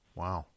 wow